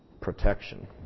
protection